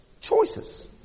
choices